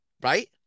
right